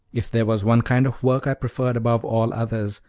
if there was one kind of work i preferred above all others,